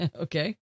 Okay